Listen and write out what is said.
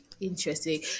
Interesting